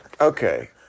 Okay